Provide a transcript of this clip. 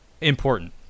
important